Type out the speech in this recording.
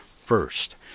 first